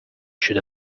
should